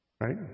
Right